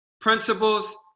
principles